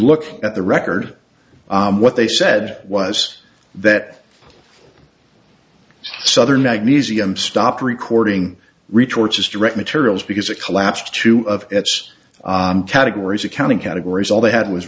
look at the record what they said was that southern magnesium stopped recording retorts as direct materials because it collapsed two of its categories accounting categories all they had was